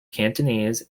cantonese